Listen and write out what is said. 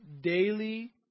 daily